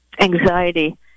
anxiety